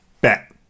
bet